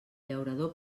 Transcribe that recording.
llaurador